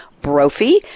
Brophy